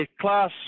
class